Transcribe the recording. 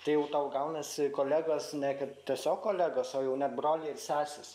tai jau tau gaunasi kolegos ne tiesiog kolegos o jau net broliai ir sesės